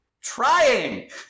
Trying